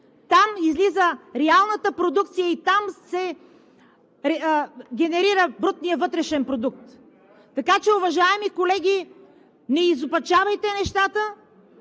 там излиза реалната продукция и се генерира брутният вътрешен продукт. Така че, уважаеми колеги, не изопачавайте нещата,